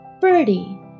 Birdie